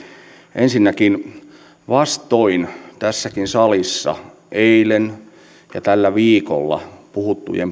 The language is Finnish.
ensinnäkin vastoin tässäkin salissa eilen ja tällä viikolla puhuttuja